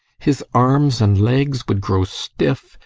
his arms and legs would grow stiff,